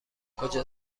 کجا